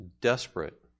desperate